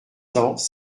cents